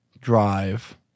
drive